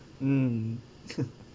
mm